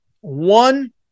One